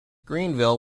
greenville